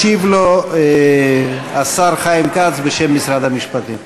ישיב לו השר חיים כץ בשם משרד המשפטים.